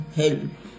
help